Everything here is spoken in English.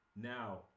Now